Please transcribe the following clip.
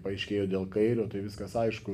paaiškėjo dėl kairio tai viskas aišku